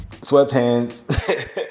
sweatpants